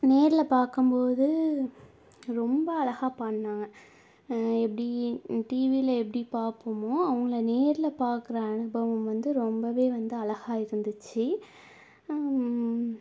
நேரில் பார்க்கம்போது ரொம்ப அழகாக பாடுனாங்க எப்படி டிவியில எப்படி பார்ப்போமோ அவங்கள நேரில் பார்க்குற அனுபவம் வந்து ரொம்பவே வந்து அழகாக இருந்துச்சு